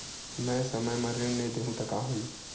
मैं समय म ऋण नहीं देहु त का होही